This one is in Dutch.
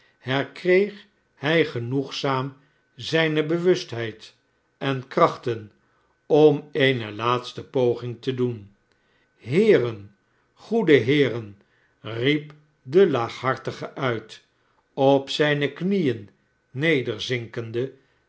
herkreeg hij genoegzaam zijne bewustheid en krachten om eene laatste poging te doen heeren goede heeren riep de laaghartige uit op zijne knieen